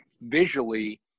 visually